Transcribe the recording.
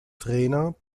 trainer